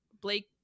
Blake